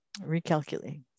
recalculating